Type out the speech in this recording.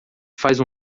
faz